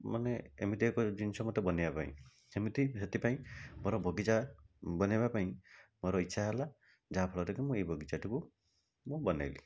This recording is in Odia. ମାନେ ଏମିତି ଏକ ଜିନିଷ ମୋତେ ବନାଇବା ପାଇଁ ସେମିତି ସେଥିପାଇଁ ମୋର ବଗିଚା ବନାଇବା ପାଇଁ ମୋର ଇଚ୍ଛା ହେଲା ଯାହାଫଳରେ କି ମୁଁ ଏହି ବଗିଚାଟିକୁ ମୁଁ ବନାଇଲି